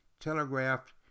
telegraphed